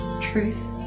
truth